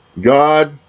God